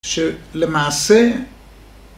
שלמעשה